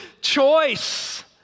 choice